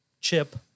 chip